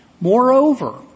Moreover